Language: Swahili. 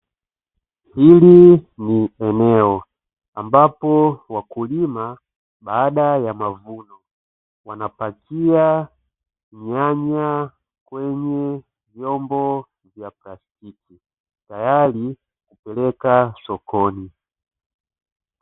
Hili ni eneo ambapo wakulima baada ya mavuno, wanapakia nyanya kwenye vyombo vya plastiki tayari kupeleka sokoni.